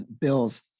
Bills